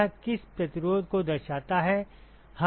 यह किस प्रतिरोध को दर्शाता है